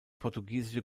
portugiesische